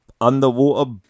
underwater